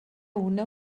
una